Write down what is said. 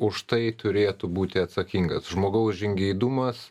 už tai turėtų būti atsakingas žmogaus žingeidumas